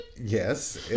yes